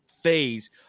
phase